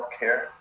healthcare